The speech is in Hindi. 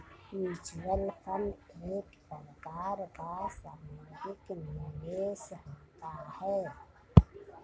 म्यूचुअल फंड एक प्रकार का सामुहिक निवेश होता है